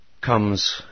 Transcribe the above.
comes